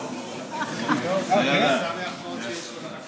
נא